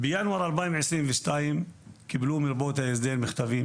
בינואר 2022 קיבלו מרפאות ההסדר מכתבים